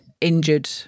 injured